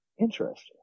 Interesting